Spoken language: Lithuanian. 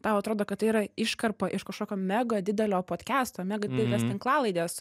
tau atrodo kad tai yra iškarpa iš kažkokio mega didelio podcasto mega didelės tinklalaidės